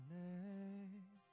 name